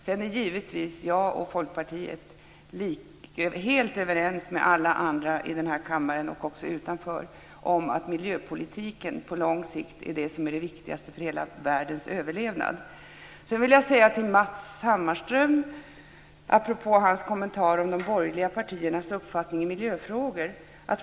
Sedan är givetvis jag och Folkpartiet helt överens med alla andra i den här kammaren och också utanför att miljöpolitiken på lång sikt är det viktigaste för hela världens överlevnad. Jag vill säga följande till Matz Hammarström apropå hans kommentar om de borgerliga partiernas uppfattning i miljöfrågor.